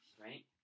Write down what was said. right